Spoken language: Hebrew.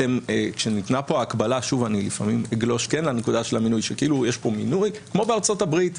כשניתנה פה ההקבלה שכאילו יש פה מינוי כמו בארצות הברית,